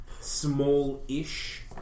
small-ish